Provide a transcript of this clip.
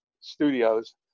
studios